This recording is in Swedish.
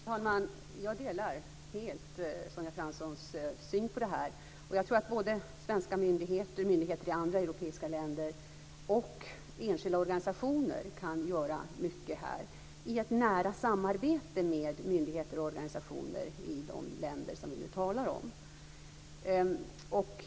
Fru talman! Jag delar helt Sonja Franssons syn på detta. Och jag tror att svenska myndigheter, myndigheter i andra europeiska länder och enskilda organisationer kan göra mycket i detta sammanhang i ett nära samarbete med myndigheter och organisationer i de länder som vi nu talar om.